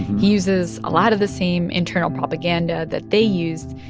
he uses a lot of the same internal propaganda that they used.